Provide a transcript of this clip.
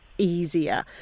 easier